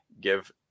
give